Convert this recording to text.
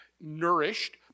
nourished